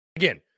Again